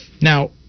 Now